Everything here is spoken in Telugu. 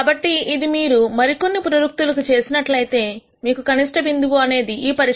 కాబట్టి ఇది మీరు మరి కొన్ని పునరుక్తి లుచేసినట్లైతే మీకు కనిష్ఠ బిందువు అంటే ఈ పరిష్కారము 0